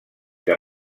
que